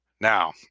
Now